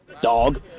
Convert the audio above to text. dog